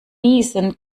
niesen